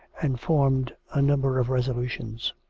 and formed a number of resolutions.